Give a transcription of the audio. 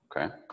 okay